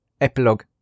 epilogue